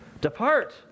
Depart